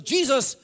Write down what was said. Jesus